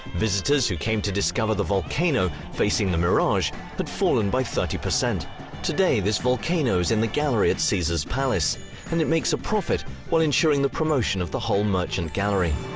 visitors who came to discover the volcano facing the mirage had but fallen by thirty percent today this volcano is in the gallery at caesars palace and it makes a profit while ensuring the promotion of the whole merchant gallery